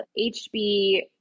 HB